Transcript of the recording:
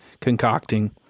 concocting